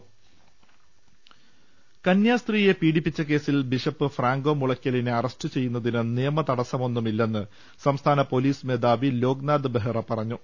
്്്്്്് കന്യാസ്ത്രീയെ പീഡിപ്പിച്ച കേസിൽ ബിഷപ്പ് ഫ്രാങ്കോ മുളയ്ക്കലിനെ അറസ്റ്റ് ചെയ്യുന്നതിന് നിയമ തടസ്സമൊന്നുമില്ലെന്ന് സംസ്ഥാന പൊലീസ് മേധാവി ലോക്നാഥ് ബെഹ്റ പറഞ്ഞു